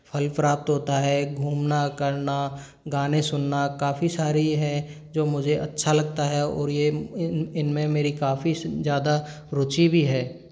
फल प्राप्त होता है घूमना करना गाने सुनना काफ़ी सारी है जो मुझे अच्छा लगता है और ये इनमें मेरी काफ़ी ज़्यादा रुचि भी है